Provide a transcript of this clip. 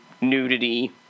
nudity